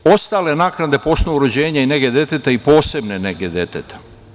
Ostale naknade po osnovu rođenja i nege deteta i posebne nege deteta.